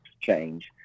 change